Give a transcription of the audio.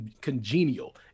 congenial